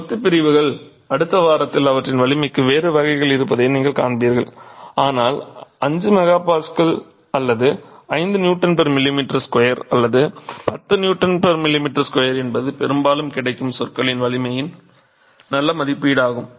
கொத்து பிரிவுகள் அடுத்த வாரத்தில் அவற்றின் வலிமைக்கு வேறு வகைகள் இருப்பதை நீங்கள் காண்பீர்கள் ஆனால் 5 MPa அல்லது 5 Nmm2 அல்லது 10 Nmm2 என்பது பெரும்பாலும் கிடைக்கும் செங்கற்களின் வலிமையின் நல்ல மதிப்பீடாகும்